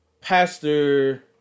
Pastor